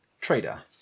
trader